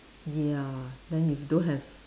ya then you don't have